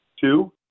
Two